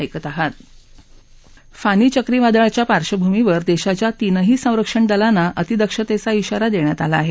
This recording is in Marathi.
फानी चक्रीवादळाच्या पार्श्वभूमीवर देशाच्या तीनही संरक्षण दलांना अतिदक्षतेचा श्वारा देण्यात आला आहे